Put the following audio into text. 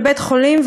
לבית-חולים,